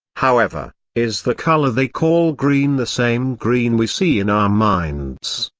however, is the color they call green the same green we see in our minds,